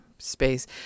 space